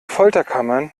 folterkammern